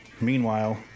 Meanwhile